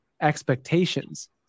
expectations